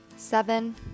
seven